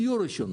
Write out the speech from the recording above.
יהיו אולי 5%,